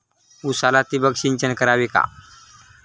उसाला ठिबक सिंचन करावे का?